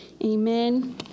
Amen